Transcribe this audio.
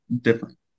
different